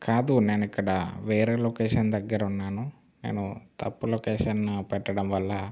కాదు నేను ఇక్కడ వేరే లొకేషన్ దగ్గర ఉన్నాను నేను తప్పు లొకేషన్ పెట్టడం వల్ల